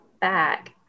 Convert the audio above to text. back